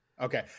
Okay